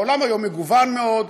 העולם היום מגוון מאוד,